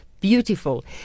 Beautiful